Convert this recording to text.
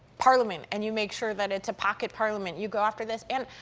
parliament, and you make sure that it's a pocket parliament. you go after this and,